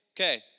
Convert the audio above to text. Okay